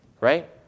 Right